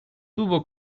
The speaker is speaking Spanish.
tuvo